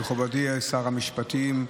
מכובדי שר המשפטים,